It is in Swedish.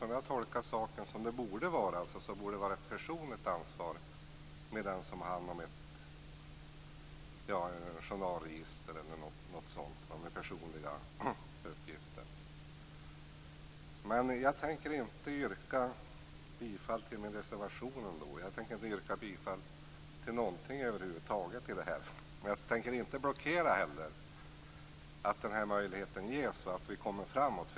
Som jag tolkar saken borde det vara ett personligt ansvar för den som har hand om ett journalregister eller liknande med personliga uppgifter. Men jag tänker inte yrka bifall till min reservation. Jag tänker inte yrka bifall till någonting över huvud taget, men jag tänker heller inte blockera att den här möjligheten ges och vi kommer framåt.